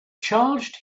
charged